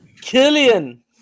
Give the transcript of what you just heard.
Killian